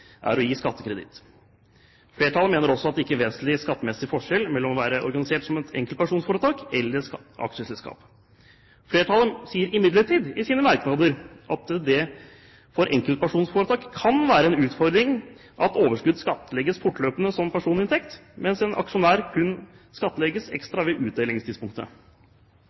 er å gi skattekreditt. Flertallet mener også at det ikke er vesentlig skattemessig forskjell mellom å være organisert som et enkeltpersonforetak eller aksjeselskap. Flertallet sier imidlertid i sine merknader at det for enkeltpersonforetak kan være en utfordring at overskudd skattlegges fortløpende som personinntekt, mens en aksjonær kun skattlegges ekstra ved utdelingstidspunktet.